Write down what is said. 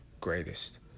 Greatest